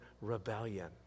rebellion